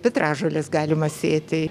petražoles galima sėti